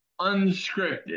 unscripted